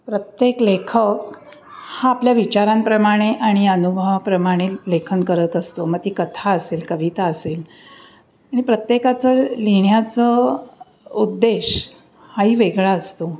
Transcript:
प्रत्येक लेखक हा आपल्या विचारांप्रमाणे आणि अनुभवाप्रमाणे लेखन करत असतो मग ती कथा असेल कविता असेल आणि प्रत्येकाचं लिहिण्याचं उद्देश हाही वेगळा असतो